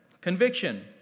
conviction